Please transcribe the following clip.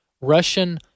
Russian